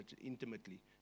intimately